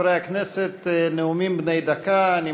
חברי הכנסת, נאומים בני דקה.